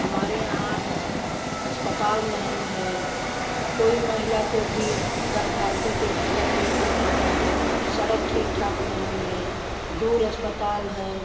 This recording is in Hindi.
हमारे यहाँ अस्पताल नहीं है कोई महिला को भी गर्भावती को भी तकलीफ हो जाता है सड़क ठीक ठाक नहीं है दूर अस्पताल है